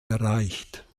erreicht